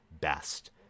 best